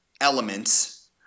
elements